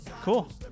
Cool